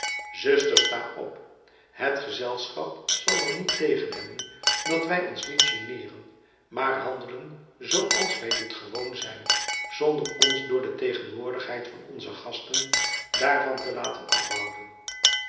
zuster sta op het gezelschap zal er niet tegen hebben dat wij ons niet generen maar handelen zoo als wij dit gewoon zijn zonder ons door de tegenwoordigheid van onze gasten daarvan te laten afhouden